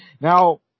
Now